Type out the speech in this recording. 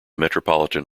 metropolitan